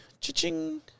ching